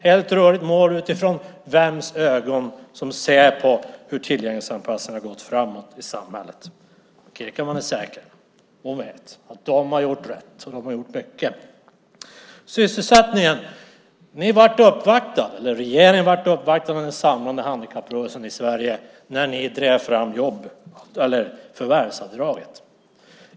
Det är ett rörligt mål beroende på med vems ögon som ser på hur tillgänglighetsanpassningen har gått framåt i samhället. Kierkemann är säker, hon vet, att man har gjort rätt och att man har gjort mycket. Angående sysselsättningen var regeringen uppvaktad av den samlade handikapprörelsen i Sverige när ni drev igenom förvärvsavdraget.